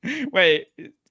Wait